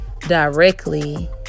directly